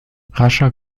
rascher